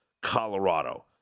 Colorado